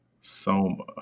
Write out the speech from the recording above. Soma